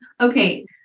Okay